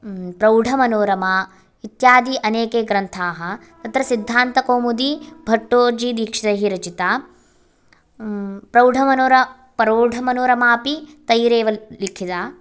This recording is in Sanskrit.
प्रौढमनोरमा इत्यादि अनेके ग्रन्थाः तत्र सिद्धान्तकौमुदी भट्टोजिदीक्षितैः रचिता प्रौढमनोरम प्रौढमनोरमापि तैरेव लिखिता